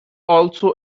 also